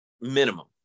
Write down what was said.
minimum